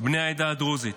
בני העדה הדרוזית.